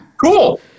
Cool